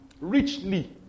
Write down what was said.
Richly